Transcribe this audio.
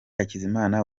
hakizimana